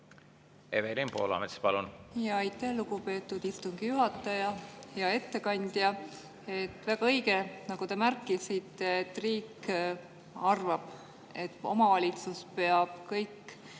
Evelin Poolamets, palun! Aitäh, lugupeetud istungi juhataja! Hea ettekandja! Väga õige, nagu te märkisite: riik arvab, et omavalitsus peab kõik